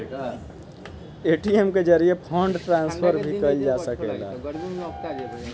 ATM के जरिये fund transfer भी कईल जा सकेला